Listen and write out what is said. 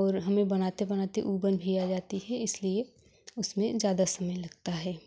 और हमें बनाते बनाते ऊब भी आ जाती है इसलिए इसलिए उसमें ज़्यादा समय लगता हैं